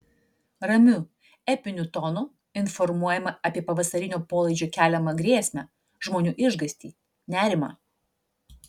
ramiu epiniu tonu informuojama apie pavasarinio polaidžio keliamą grėsmę žmonių išgąstį nerimą